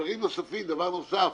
דבר נוסף,